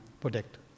protect